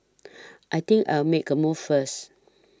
I think I'll make a move first